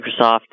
Microsoft